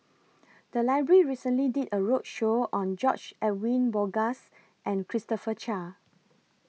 The Library recently did A roadshow on George Edwin Bogaars and Christopher Chia